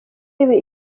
ibi